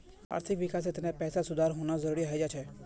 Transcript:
आर्थिक विकासेर तने पैसात सुधार होना जरुरी हय जा छे